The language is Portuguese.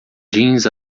jeans